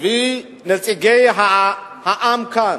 ונציגי העם כאן: